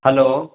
hello